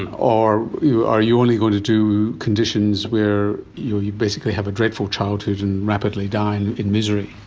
and are you are you only going to do conditions where you you basically have a dreadful childhood and rapidly die and in misery?